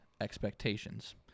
expectations